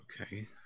Okay